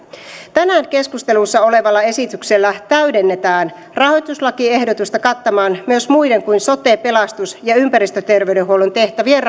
tänään keskustelussa olevalla esityksellä täydennetään rahoituslakiehdotusta kattamaan myös muiden kuin sote pelastus ja ympäristöterveydenhuollon tehtävien